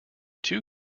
two